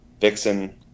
Vixen